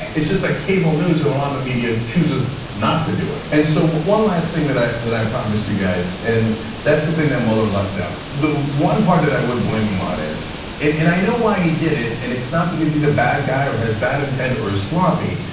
it's just that cable news and a lot of the media chooses not to do it, and so one last thing that i that i promised you guys, and that's the thing that mueller left out. the one part that i would blame him on is and and i know why he did it and it's not because he's a bad guy or has bad intent or is sloppy,